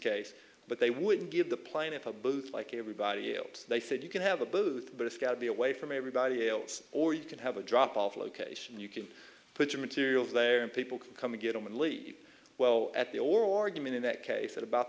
case but they would give the plaintiff a booth like everybody else they said you can have a booth but it's got to be away from everybody else or you can have a drop off location you can put your materials there and people can come and get him and lee well at the organ in that case at about